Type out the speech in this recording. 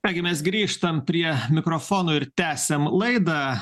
ką gi mes grįžtam prie mikrofono ir tęsiam laidą